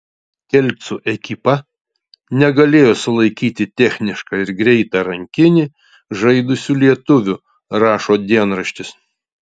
kelcų ekipa negalėjo sulaikyti technišką ir greitą rankinį žaidusių lietuvių rašo dienraštis